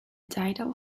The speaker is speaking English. title